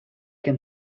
can